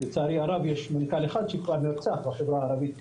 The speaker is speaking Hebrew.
לצערי הרב יש כבר מנכ"ל אחד שנרצח בחברה הערבית